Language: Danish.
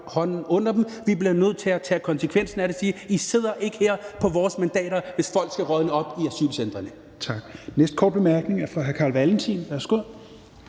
hånden under dem. Vi bliver nødt til at tage konsekvensen af det og sige: I sidder ikke her på vores mandater, hvis folk skal rådne op i asylcentrene.